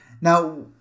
Now